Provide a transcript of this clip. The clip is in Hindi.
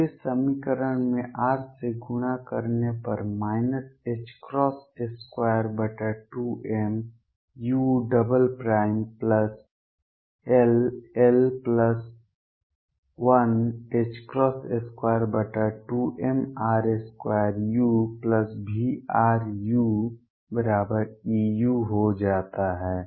पूरे समीकरण में r से गुणा करने पर 22m ull122mr2uVruEu हो जाता है